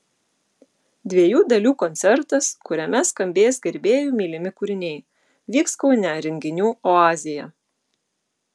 dviejų dalių koncertas kuriame skambės gerbėjų mylimi kūriniai vyks kaune renginių oazėje